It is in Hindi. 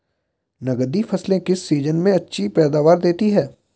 नकदी फसलें किस सीजन में अच्छी पैदावार देतीं हैं?